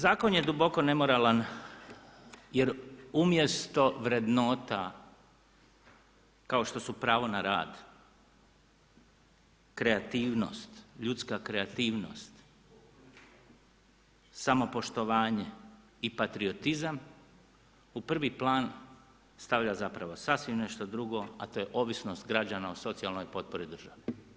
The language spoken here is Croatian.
Zakon je duboko nemoralan jer umjesto vrednota kao što su pravo na rad, kreativnost, ljudska kreativnost, samopoštovanje i patriotizam u prvi plan stavlja zapravo sasvim nešto drugo, a to je ovisnost građana o socijalnoj potpori države.